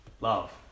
Love